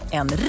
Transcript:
en